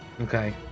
Okay